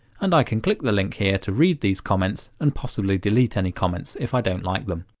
and i can click the link here to read these comments, and possibly delete any comments if i don't like them.